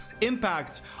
...impact